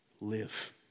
live